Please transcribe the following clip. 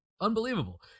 Unbelievable